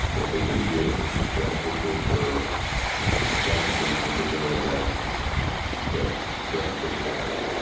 what we were doing, that it gave her the presence of mind to know that that greg was right,